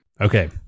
Okay